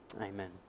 Amen